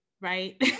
right